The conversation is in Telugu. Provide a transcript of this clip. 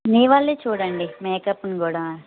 మీ వాళ్ళు చూడండి మేకప్ను కూడా